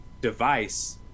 device